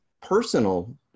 personal